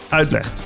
uitleg